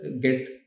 get